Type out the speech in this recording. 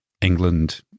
England